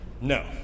No